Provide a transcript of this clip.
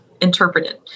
Interpreted